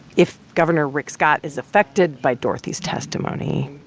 if governor rick scott is affected by dorthy's testimony,